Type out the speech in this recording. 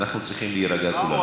אנחנו צריכים להירגע כולנו.